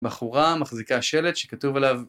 בחורה מחזיקה שלט שכתוב עליו